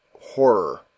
horror